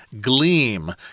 gleam